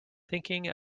thinking